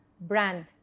brand